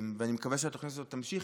ואני מקווה שהתוכנית הזאת תמשיך,